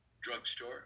drugstore